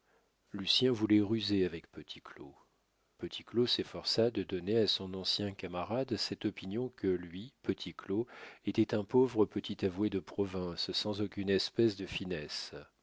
beau-frère lucien voulait ruser avec petit claud petit claud s'efforça de donner à son ancien camarade cette opinion que lui petit claud était un pauvre petit avoué de province sans aucune espèce de finesse